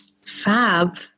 Fab